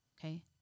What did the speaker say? Okay